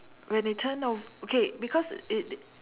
when they turn ov~ okay because it it